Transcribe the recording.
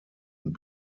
und